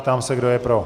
Ptám se, kdo je pro.